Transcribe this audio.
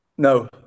No